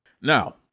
now